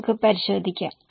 നമുക്ക് പരിശോധിക്കാം